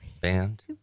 band